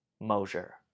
Mosier